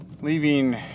leaving